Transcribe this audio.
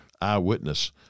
eyewitness